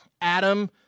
Adam